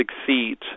succeed